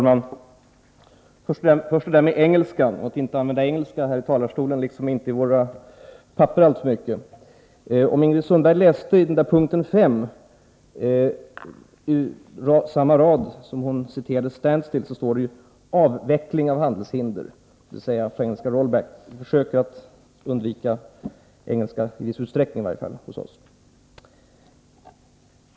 Herr talman! Först några ord om detta att inte använda engelska här i talarstolen liksom inte alltför mycket i våra papper. Om Ingrid Sundberg läste i punkt 5, på samma rad från vilken hon citerade stand-still, skulle hon finna att det står ”avveckling av handelshinder”, dvs. på engelska roll-back. Vi försöker hos oss att undvika engelska, åtminstone i viss utsträckning.